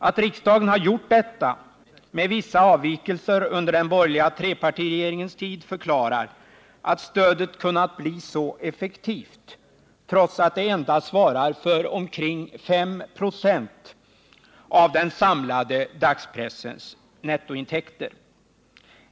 Att riksdagen gjort detta — med vissa avvikelser under den borgerliga trepartiregeringens tid — förklarar att stödet kunnat bli så effektivt, trots att.det endast svarar för omkring 5 96 av den samlade dagspressens nettointäkter.